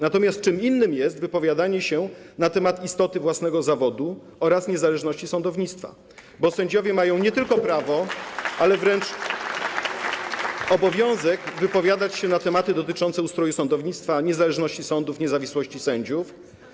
Natomiast czym innym jest wypowiadanie się na temat istoty własnego zawodu oraz niezależności sądownictwa, bo sędziowie mają nie tylko prawo, ale wręcz obowiązek wypowiadać się na tematy dotyczące ustroju sądownictwa, niezależności sądów, niezawisłości sędziów.